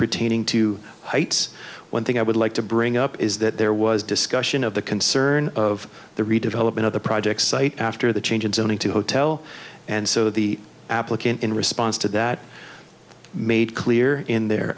pertaining to heights one thing i would like to bring up is that there was discussion of the concern of the redevelopment of the projects site after the change in zoning to hotel and so the applicant in response to that made clear in their